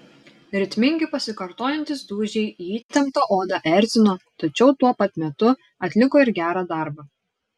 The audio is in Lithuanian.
ritmingi pasikartojantys dūžiai į įtemptą odą erzino tačiau tuo pat metu atliko ir gerą darbą